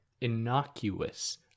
Innocuous